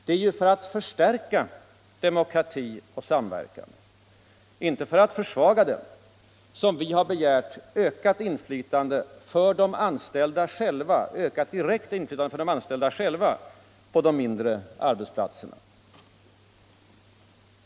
Det är ju för att förstärka — inte för att försvaga — demokrati och samhälle som vi har begärt ökat direkt inflytande för de anställda själva på de mindre arbetsplatserna.